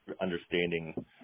understanding